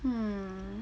hmm